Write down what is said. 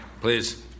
Please